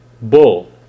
bull